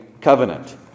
Covenant